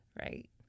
right